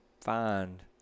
find